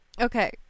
Okay